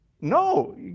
No